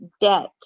debt